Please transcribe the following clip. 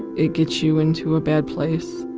it gets you into a bad place.